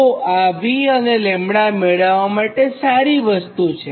તો આ v અને λ મેળવ્વા માટે સારી વસ્તુ છે